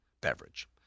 beverage